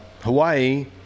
Hawaii